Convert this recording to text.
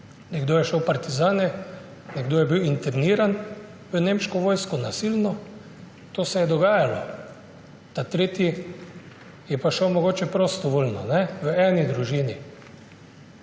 Nekdo je šel v partizane, nekdo je bil nasilno interniran v nemško vojsko, to se je dogajalo, ta tretji je pa šel mogoče prostovoljno. V eni družini.